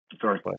Sorry